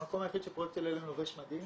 המקום היחיד שפרויקט על"ם לובש מדים